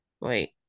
Wait